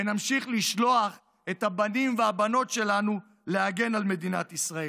ונמשיך לשלוח את הבנים והבנות שלנו להגן על מדינת ישראל.